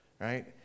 right